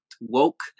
woke